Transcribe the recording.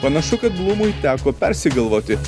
panašu kad blumui teko persigalvoti